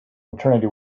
maternity